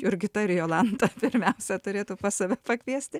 jurgita ir jolanta pirmiausia turėtų pas save pakviesti